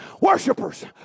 Worshippers